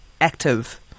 Active